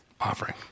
offering